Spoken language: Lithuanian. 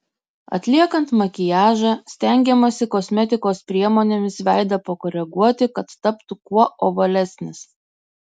atliekant makiažą stengiamasi kosmetikos priemonėmis veidą pakoreguoti kad taptų kuo ovalesnis